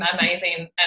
amazing